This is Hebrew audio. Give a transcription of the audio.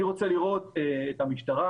אני רוצה לראות את המשטרה,